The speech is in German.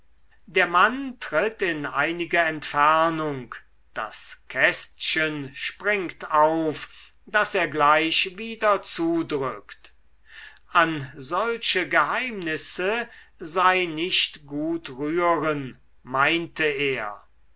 der mann tritt in einige entfernung das kästchen springt auf das er gleich wieder zudrückt an solche geheimnisse sei nicht gut rühren meinte er